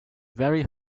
very